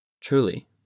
Truly